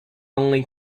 only